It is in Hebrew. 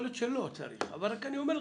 יכול להיות שלא צריך אבל אני אומר לך,